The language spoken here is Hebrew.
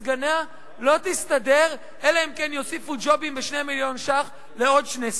לא תסתדר אלא אם כן יוסיפו ג'ובים ב-2 מיליון ש"ח לעוד שני סגנים?